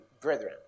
brethren